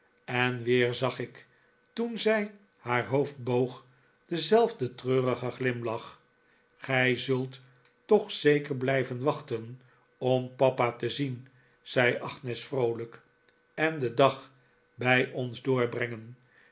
en weer zag ik toen zij haar hoofd boog denzelfden treurigen glimlach gij zult toch zeker blijven wachten om papa te zien zei agnes vroolijk en den dag bij ons doorbrengen